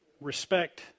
Respect